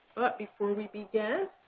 but before we begin,